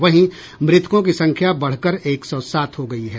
वहीं मृतकों की संख्या बढ़कर एक सौ सात हो गयी है